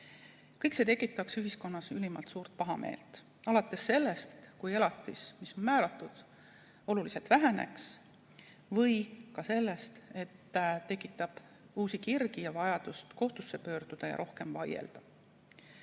Kõik see tekitaks ühiskonnas ülimalt suurt pahameelt, alates sellest, kui elatis, mis on määratud, oluliselt väheneks, või ka sellest, et muudatus tekitab uusi kirgi ja suurendab vajadust kohtusse pöörduda ja rohkem vaielda.